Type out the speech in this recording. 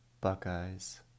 Buckeyes